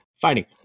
fighting